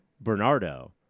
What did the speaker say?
Bernardo